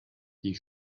die